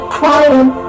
crying